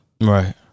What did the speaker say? Right